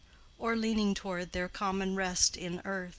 or leaning toward their common rest in earth,